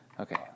Okay